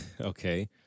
Okay